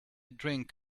drink